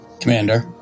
Commander